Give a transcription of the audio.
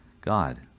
God